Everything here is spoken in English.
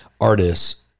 artists